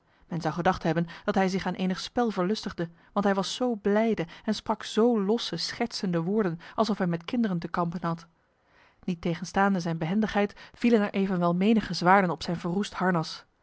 men zou gedacht hebben dat hij zich aan enig spel verlustigde want hij was zo blijde en sprak zo losse schertsende woorden alsof hij met kinderen te kampen had niettegenstaande zijn behendigheid vielen er evenwel menige zwaarden op zijn verroest harnas